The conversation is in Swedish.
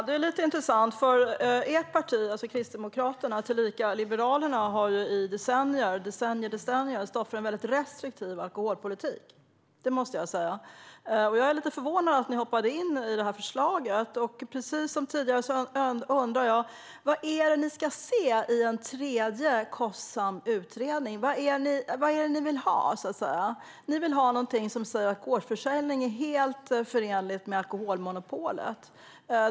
Herr talman! Emmas parti, Kristdemokraterna, har ju i likhet med Liberalerna i många decennier stått för en väldigt restriktiv alkoholpolitik. Jag är lite förvånad över att ni hoppade in i det här förslaget. Precis som tidigare undrar jag vad det är ni väntar er att få se genom en tredje kostsam utredning. Vad är det ni vill ha? Ni vill ha något som säger att gårdsförsäljning är helt förenlig med alkoholmonopolet.